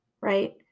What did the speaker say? right